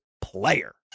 PLAYER